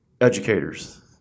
educators